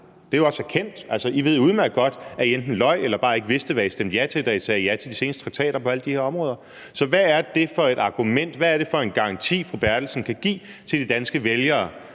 Det er jo også erkendt. Altså, I ved jo udmærket godt, at I enten løj eller bare ikke vidste, hvad I stemte ja til, da I sagde ja til de seneste traktater på alle de her områder. Så hvad er det for et argument? Hvad er det for en garanti, fru Anne Valentina Berthelsen kan give til de danske vælgere